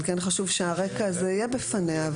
אבל כן חשוב שהרקע הזה יהיה בפניה,